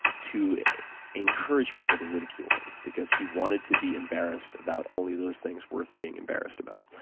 to encourage people to ridicule him because he wanted to be embarrassed about only those things worth being embarrassed about.